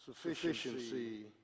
sufficiency